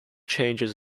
changes